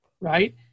Right